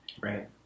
Right